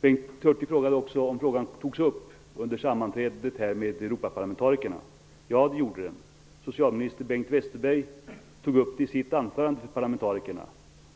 Bengt Hurtig frågade också om frågan togs upp under sammanträdet med Socialminister Bengt Westerberg